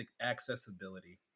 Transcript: accessibility